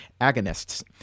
agonists